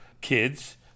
kids